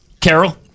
Carol